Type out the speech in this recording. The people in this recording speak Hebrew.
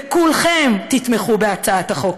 וכולכם תתמכו בהצעת החוק,